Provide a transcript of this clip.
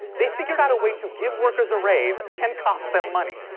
they've figured out a way to give workers a raise and cost them money.